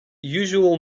usual